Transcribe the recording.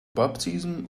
baptism